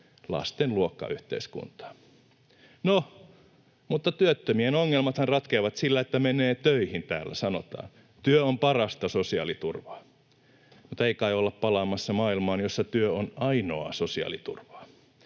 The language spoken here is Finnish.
lasten luokkayhteiskuntaa. No, mutta työttömien ongelmathan ratkeavat sillä, että menee töihin, täällä sanotaan. Työ on parasta sosiaaliturvaa. Mutta ei kai olla palaamassa maailmaan, jossa työ on ainoaa sosiaaliturvaa?